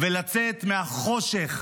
לצאת מהחושך